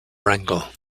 wrangel